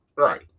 Right